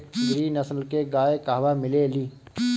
गिरी नस्ल के गाय कहवा मिले लि?